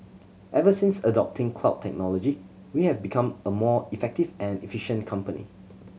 ever since adopting cloud technology we have become a more effective and efficient company